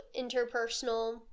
interpersonal